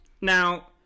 Now